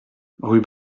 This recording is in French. rue